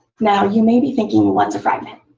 now, you may be thinking, what's a fragment?